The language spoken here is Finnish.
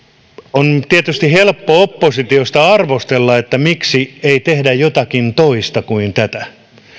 on tietysti helppo oppositiosta arvostella miksi ei tehdä jotakin toista kuin tätä